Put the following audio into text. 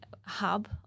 hub